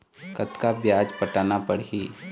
कतका ब्याज पटाना पड़ही?